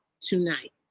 tonight